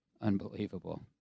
Unbelievable